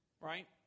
Right